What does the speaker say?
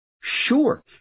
sure